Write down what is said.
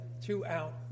throughout